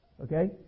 okay